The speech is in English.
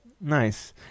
Nice